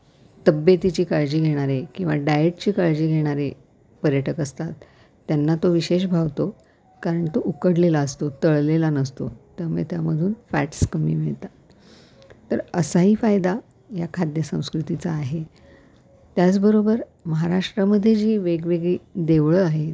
तब्येतीची काळजी घेणारे किंवा डाएटची काळजी घेणारे पर्यटक असतात त्यांना तो विशेष भावतो कारण तो उकडलेला असतो तळलेला नसतो त्यामुळे त्यामधून फॅट्स कमी मिळतात तर असाही फायदा या खाद्य संस्कृतीचा आहे त्याचबरोबर महाराष्ट्रामध्ये जी वेगवेगळी देवळं आहेत